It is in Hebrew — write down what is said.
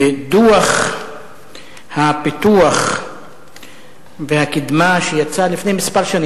דוח הפיתוח והקִדמה שיצא לפני שנים מספר,